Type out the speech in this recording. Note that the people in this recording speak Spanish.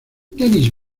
dennis